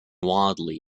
wildly